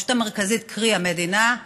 הרשות המרכזית, קרי המדינה,